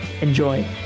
Enjoy